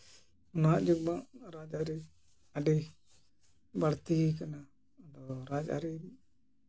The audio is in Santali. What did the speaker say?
ᱱᱟᱦᱟᱜ ᱡᱩᱜᱽ ᱫᱚ ᱨᱟᱡᱽᱟᱹᱨᱤ ᱟᱹᱰᱤ ᱵᱟᱹᱲᱛᱤᱭ ᱠᱟᱱᱟ ᱟᱫᱚ ᱨᱟᱡᱽ ᱟᱹᱨᱤ